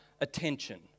attention